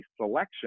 selection